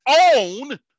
own